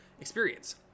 experience